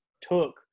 took